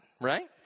right